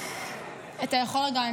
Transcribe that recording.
אתה יכול רגע?